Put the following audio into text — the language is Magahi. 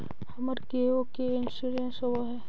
हमर गेयो के इंश्योरेंस होव है?